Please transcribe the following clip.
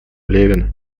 левина